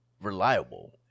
reliable